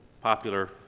popular